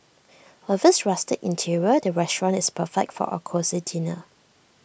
with its rustic interior the restaurant is perfect for A cosy dinner